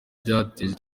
byateje